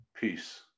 peace